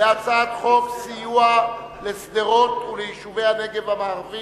אני קובע שהצעת חוק המאבק בתופעת השכרות